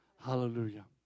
Hallelujah